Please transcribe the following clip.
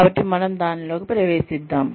కాబట్టి మనం దానిలోకి ప్రవేశిద్దాం